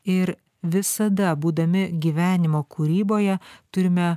ir visada būdami gyvenimo kūryboje turime